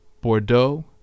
bordeaux